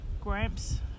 gramps